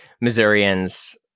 Missourians